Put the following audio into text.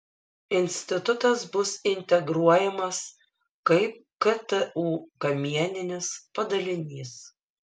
institutas bus integruojamas kaip ktu kamieninis padalinys